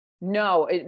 no